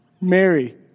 Mary